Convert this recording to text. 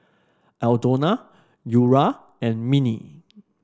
Aldona Eura and Minnie